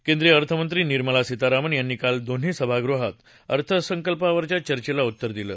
केंद्रीय अर्थमंत्री निर्मला सीतारामन यांनी काल दोन्ही सभागृहात अर्थसंकल्पावरच्या चर्चेला उत्तर दिलं